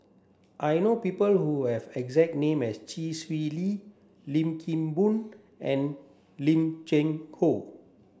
I know people who have exact name as Chee Swee Lee Lim Kim Boon and Lim Cheng Hoe